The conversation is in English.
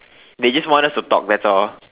they just want us to talk better